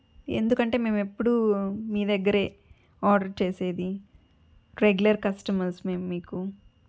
ఎందుకంటే మేమెప్పుడూ మీ దగ్గరే ఆర్డర్ చేసేది రెగ్యులర్ కస్టమర్స్ మేము మీకు